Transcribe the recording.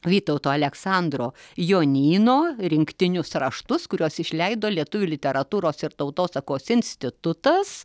vytauto aleksandro jonyno rinktinius raštus kuriuos išleido lietuvių literatūros ir tautosakos institutas